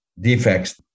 defects